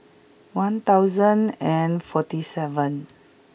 one thousand and forty seven